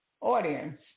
audience